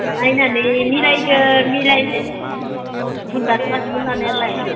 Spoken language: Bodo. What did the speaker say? नायनानै मिलायगोन बुन्दाखो लागौमोन लानायालाय